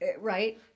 Right